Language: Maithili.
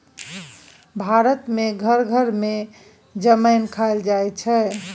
भारत मे घर घर मे जमैन खाएल जाइ छै